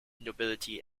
nobility